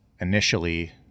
initially